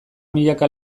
milaka